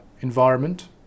environment